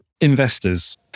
investors